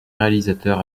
réalisateur